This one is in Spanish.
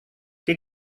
que